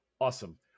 Awesome